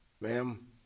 ma'am